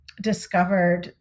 discovered